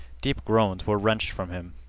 deep groans were wrenched from him.